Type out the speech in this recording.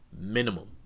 minimum